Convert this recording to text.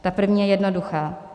Ta první je jednoduchá: